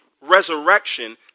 resurrection